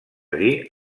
dir